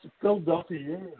Philadelphia